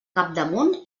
capdamunt